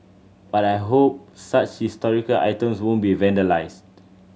but I hope such historical items won't be vandalised